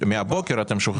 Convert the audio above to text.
מהבוקר אתם שוכחים את זה.